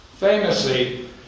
Famously